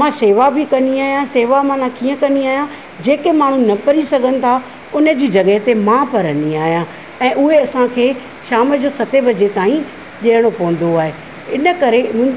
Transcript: मां सेवा बि कंदी आहियां सेवा माना कीअं कंदी आहियां जेके माण्हू न करी सघनि था उन जी जॻहि ते मां पढ़ंदी आहियां ऐं उहे असांखे शाम जो सते बजे ताईं ॾियणो पवंदो आहे इन करे हू